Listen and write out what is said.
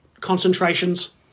concentrations